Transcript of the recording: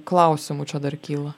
klausimų čia dar kyla